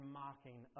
mocking